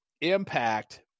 impact